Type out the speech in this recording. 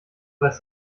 was